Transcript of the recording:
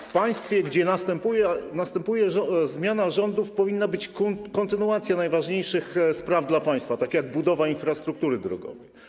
W państwie, gdzie następuje zmiana rządów, powinna być kontynuacja najważniejszych spraw dla państwa, takich jak budowa infrastruktury drogowej.